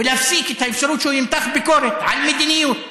ולהפסיק את האפשרות שהוא ימתח ביקורת על מדיניות,